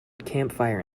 campfire